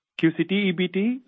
QCT-EBT